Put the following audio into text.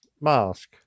mask